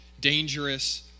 dangerous